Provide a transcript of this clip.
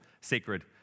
sacred